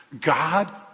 God